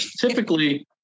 Typically